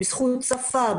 בזכות שפה,